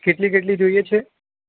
એ કેટલી કેટલી જોઈએ છે